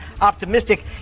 optimistic